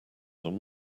than